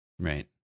Right